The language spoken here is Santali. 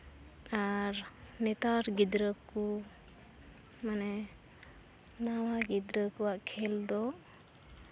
ᱟᱨ ᱱᱮᱛᱟᱨ ᱜᱤᱫᱽᱨᱟᱹ ᱠᱚ ᱢᱟᱱᱮ ᱱᱟᱣᱟ ᱜᱤᱫᱨᱟᱹ ᱠᱚᱣᱟᱜ ᱠᱷᱮᱞ ᱫᱚ